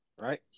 right